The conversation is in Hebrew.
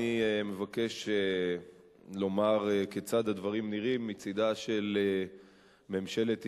אני מבקש לומר כיצד הדברים נראים מצדה של ממשלת ישראל,